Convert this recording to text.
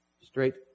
straight